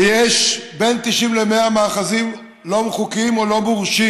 ויש בין 90 ל-100 מאחזים לא חוקיים או לא מורשים,